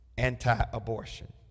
Anti-abortion